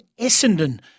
Essendon